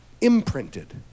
imprinted